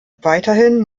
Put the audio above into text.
weiterhin